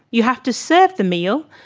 you have to serve the meal,